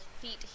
feet